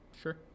Sure